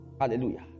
Hallelujah